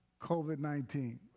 COVID-19